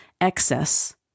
excess